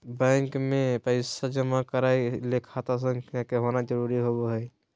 bank मे पैसा जमा करय ले खाता संख्या के होना जरुरी होबय हई